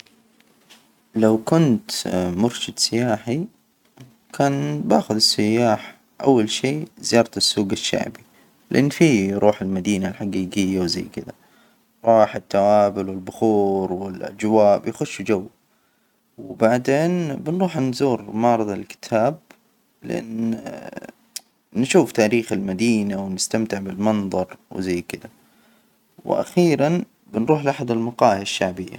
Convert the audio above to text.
لو كنت مرشد سياحي، كان بأخذ السياح أول شي زيارة السوج الشعبي، لأن في روح المدينة الحجيجية، وزي كدا، روح التوابل والبخور والأجواء بيخشوا جو، وبعدين بنروح نزور معرض الكتاب. لأن اييه نشوف تاريخ المدينة ونستمتع بالمنظر، وزي كده. وأخيرا بنروح لأحد المقاهى الشعبية.